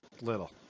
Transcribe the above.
Little